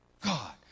God